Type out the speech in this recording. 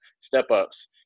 step-ups